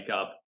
up